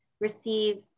receive